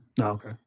Okay